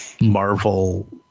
Marvel